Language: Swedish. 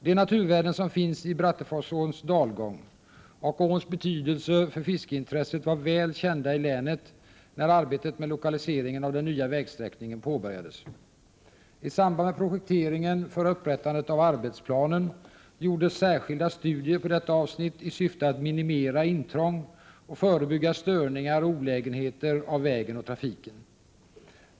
De naturvärden som finns i Bratteforsåns dalgång och åns betydelse för fiskeintresset var väl kända i länet när arbetet med lokaliseringen av den nya vägsträckningen påbörjades. I samband med projekteringen för upprättandet av arbetsplanen gjordes särskilda studier på detta avsnitt i syfte att minimera intrång och förebygga störningar och olägenheter av vägen och trafiken.